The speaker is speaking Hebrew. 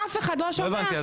לא הבנתי.